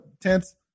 tents